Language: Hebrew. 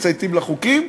מצייתים לחוקים,